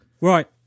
right